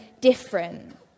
different